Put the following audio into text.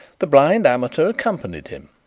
the blind amateur accompanied him,